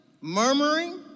murmuring